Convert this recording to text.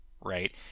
right